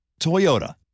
Toyota